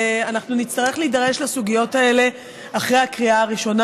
ואנחנו נצטרך להידרש לסוגיות האלה אחרי הקריאה הראשונה.